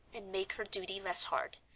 and make her duty less hard.